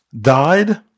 died